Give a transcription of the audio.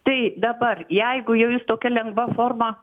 tai dabar jeigu jau jis tokia lengva forma